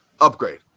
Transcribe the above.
upgrade